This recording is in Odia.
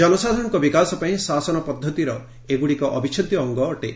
ଜନସାଧାରଣଙ୍କ ବିକାଶ ପାଇଁ ଶାସନ ପଦ୍ଧତିର ଏଗୁଡ଼ିକ ଅବିଚ୍ଛେଦ୍ୟ ଅଙ୍ଗ ଅଟେ